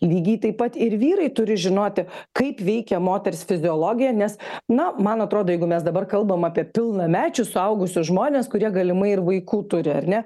lygiai taip pat ir vyrai turi žinoti kaip veikia moters fiziologija nes na man atrodo jeigu mes dabar kalbam apie pilnamečius suaugusius žmones kurie galimai ir vaikų turi ar ne